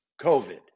COVID